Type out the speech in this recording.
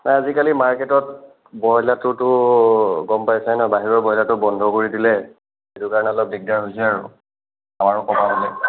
নাই আজিলাকি মাৰ্কেটত ব্ৰইলাৰটোতো গম পাইছাই ন বাহিৰৰ ব্ৰইলাৰটো বন্ধ কৰি দিলে সেইটো কাৰণে অলপ দিগদাৰ হৈছে আৰু আমাৰো